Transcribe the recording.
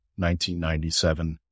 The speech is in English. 1997